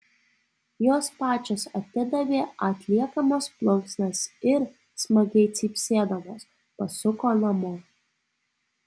jos pačios atidavė atliekamas plunksnas ir smagiai cypsėdamos pasuko namo